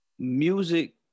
Music